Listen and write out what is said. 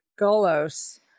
golos